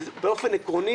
באופן עקרוני,